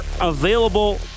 available